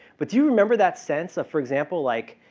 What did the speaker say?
but do you remember that sense of for example like,